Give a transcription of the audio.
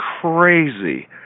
crazy